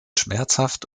schmerzhaft